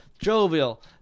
Jovial